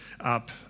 up